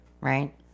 Right